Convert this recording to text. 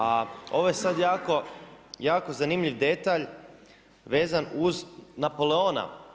A ovo je sad jako zanimljiv detalj vezan uz Napoleona.